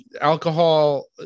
alcohol